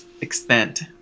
extent